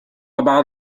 بعض